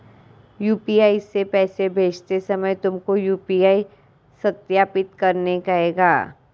UPI से पैसे भेजते समय तुमको यू.पी.आई सत्यापित करने कहेगा